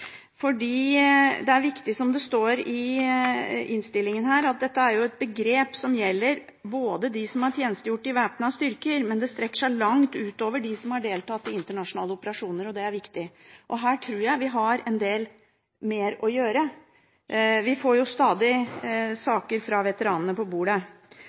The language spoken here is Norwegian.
det er viktig som det står i innstillingen, at dette er et begrep som gjelder dem som har tjenestegjort i væpnede styrker, men at det strekker seg langt utover dem som har deltatt i internasjonale operasjoner. Det er viktig. Her tror jeg at vi har en del mer å gjøre. Vi får stadig saker fra veteranene på bordet,